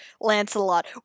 Lancelot